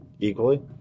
equally